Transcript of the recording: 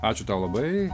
ačiū tau labai